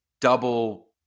double